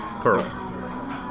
Pearl